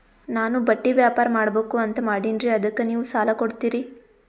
ನಾನು ಬಟ್ಟಿ ವ್ಯಾಪಾರ್ ಮಾಡಬಕು ಅಂತ ಮಾಡಿನ್ರಿ ಅದಕ್ಕ ನೀವು ಸಾಲ ಕೊಡ್ತೀರಿ?